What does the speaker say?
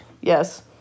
yes